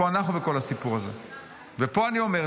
פה אני אומר,